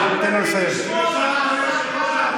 תביא בחשבון,